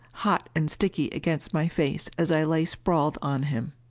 hot and sticky against my face as i lay sprawled on him.